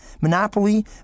Monopoly